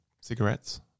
cigarettes